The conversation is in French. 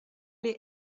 les